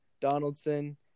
Donaldson